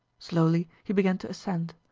slowly he began to ascend,